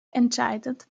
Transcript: entscheidend